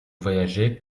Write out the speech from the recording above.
voyager